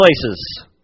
places